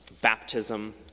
baptism